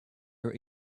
your